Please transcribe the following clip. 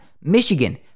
Michigan